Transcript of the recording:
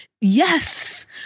Yes